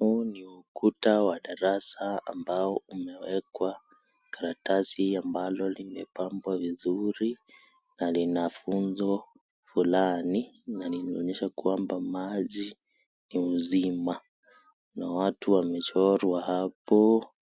Huu ni ukuta wa darasa ambao umewekwa karatasi ambalo limepambwa vizuri na lina funzo fulani na linaonyesha kwamba maji ni uzima, na watu wamechorwa hapo